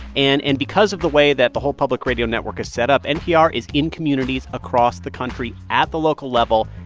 and and because of the way that the whole public radio network is set up, npr is in communities across the country at the local level,